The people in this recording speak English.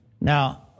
Now